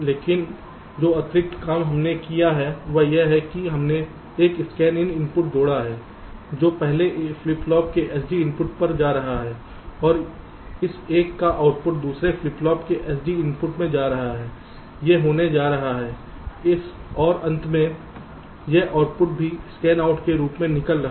लेकिन जो अतिरिक्त काम हमने किया है वह यह है कि हमने एक Scainin इनपुट जोड़ा है जो पहले फ्लिप फ्लॉप के SD इनपुट में जा रहा है और इस एक का आउटपुट दूसरे फ्लिप फ्लॉप के SD इनपुट में जा रहा है यह होने जा रहा है इस और अंत में यह आउटपुट भी Scanout के रूप में निकल रहा है